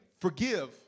Forgive